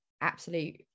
absolute